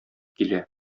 килә